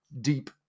deep